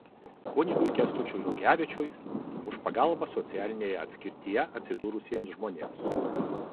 kunigui kęstučiui rugevičiui už pagalbą socialinėje atskirtyje atsidūrusiems žmonėms